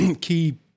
key